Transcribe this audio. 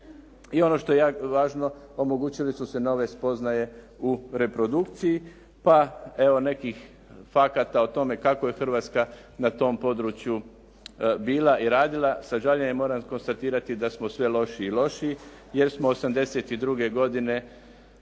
I ono što je još važno omogućile su se nove spoznaje u reprodukciji, pa evo nekih fakata o tome kako je Hrvatska na tom području bila i radila. Sa žaljenjem moram konstatirati da smo sve lošiji i lošiji, jer smo '82. godine